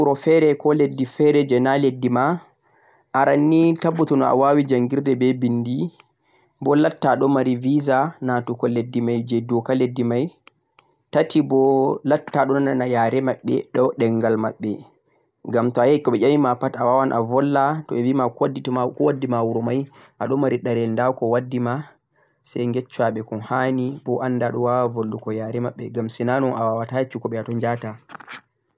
to'a yahai wuro fere jeh na leddi ma aranni tabbutuu a wawi jangirde beh vindi boh lattta ado mari visa natugo leddi mai jeh doka leddi mai tati boh latta ado nana yare mabbe do demghal mabbe gham to'a yahi kobeh emi pat a wawan a volwa to bhe vima ko waddi ma wuro mai ado mari derowol dako waddi sai yeccha beh ko handi boh anda a wawan volwugo yara mabeh gham sina non a wawata yecchugo beh hatoi yahata